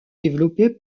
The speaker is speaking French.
développé